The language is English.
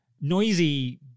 noisy